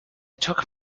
took